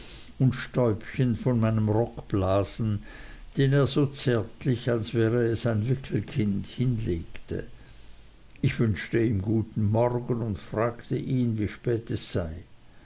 und stäubchen von meinem rock blasen den er so zärtlich als wäre es ein wickelkind hinlegte ich wünschte ihm guten morgen und fragte ihn wie spät es sei